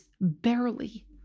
barely